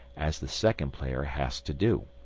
as the second player has to do.